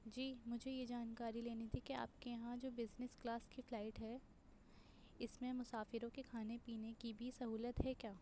جی مجھے یہ جانکاری لینی تھی کہ آپ کے یہاں جو بزنس کلاس کی فلائٹ ہے اس میں مسافروں کے کھانے پینے کی بھی سہولت ہے کیا